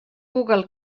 google